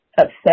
upset